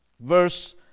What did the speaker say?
Verse